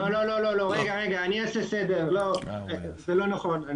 לא, זה לא נכון.